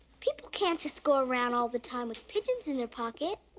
people can't just go around all the time with pigeons in their pocket.